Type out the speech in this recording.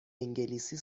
انگلیسی